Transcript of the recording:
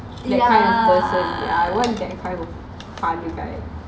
in person I want that kind of fun guy